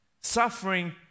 suffering